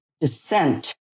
descent